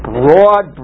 broad